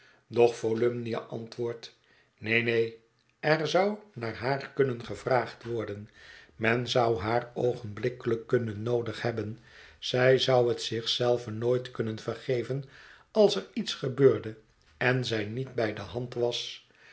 doch volumnia antwoordt neen neen er zou naar haar kunnen gevraagd worden men zou haar oogenblikkelijk kunnen noodig hebben zij zou het zich zelve nooit kunnen vergeven als er iets gebeurde en zij niet bij de hand was